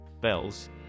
bells